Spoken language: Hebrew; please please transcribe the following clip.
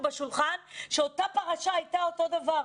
בשולחן שאותה פרשה הייתה אותו דבר.